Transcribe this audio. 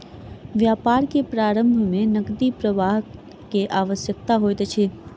व्यापार के प्रारम्भ में नकदी प्रवाह के आवश्यकता होइत अछि